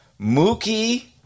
Mookie